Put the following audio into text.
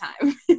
time